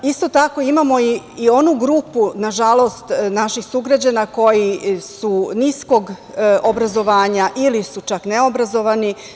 Isto tako, imamo i onu grupu, nažalost, naših sugrađana koji su niskog obrazovanja ili su čak neobrazovani.